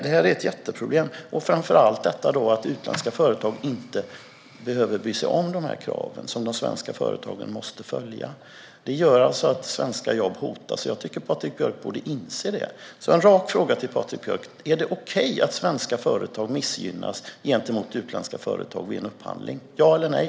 Detta är ett jätteproblem - framför allt att utländska företag inte behöver bry sig om de krav som de svenska företagen måste följa. Detta gör att svenska jobb hotas, och jag tycker att Patrik Björck borde inse det. Jag har en rak fråga till Patrik Björck: Är det okej att svenska företag missgynnas gentemot utländska företag vid en upphandling, ja eller nej?